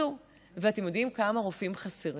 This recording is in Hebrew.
אתם יודעים כמה רופאים חסרים?